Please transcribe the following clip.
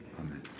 amen